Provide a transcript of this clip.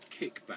kickback